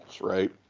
right